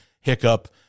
hiccup